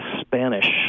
Spanish